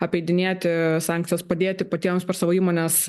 apeidinėti sankcijas padėti patiems per savo įmones